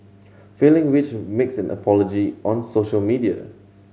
failing which makes an apology on social media